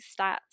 stats